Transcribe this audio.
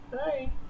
Hi